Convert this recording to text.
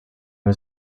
els